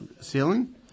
ceiling